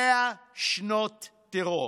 מאה שנות טרור.